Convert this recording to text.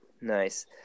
Nice